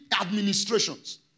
administrations